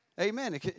Amen